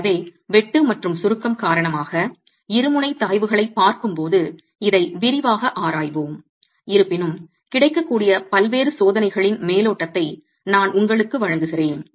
எனவே வெட்டு மற்றும் சுருக்கம் காரணமாக இருமுனை தகைவுகளைப் பார்க்கும்போது இதை விரிவாக ஆராய்வோம் இருப்பினும் கிடைக்கக்கூடிய பல்வேறு சோதனைகளின் மேலோட்டத்தை நான் உங்களுக்கு வழங்குகிறேன்